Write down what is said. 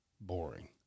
Boring